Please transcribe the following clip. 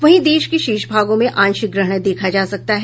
वहीं देश के शेष भागों में आंशिक ग्रहण देखा जा सकता है